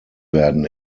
werden